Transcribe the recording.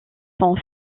sont